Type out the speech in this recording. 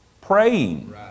praying